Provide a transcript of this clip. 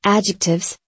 Adjectives